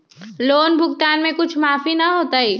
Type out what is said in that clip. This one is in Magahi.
लोन भुगतान में कुछ माफी न होतई?